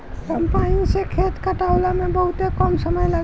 combine से खेत कटावला में बहुते कम समय लागेला